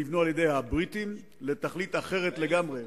שנבנו על-ידי הבריטים לתכלית אחרת לגמרי.